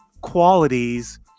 qualities